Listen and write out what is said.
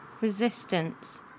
resistance